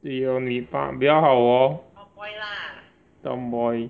对 loh 女扮比较好 orh tomboy